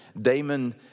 Damon